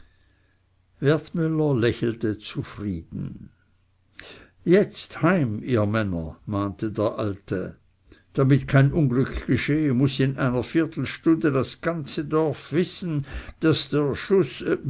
wertmüller lächelte zufrieden jetzt heim ihr männer mahnte der alte damit kein unglück geschehe muß in einer viertelstunde das ganze dorf wissen daß der schuß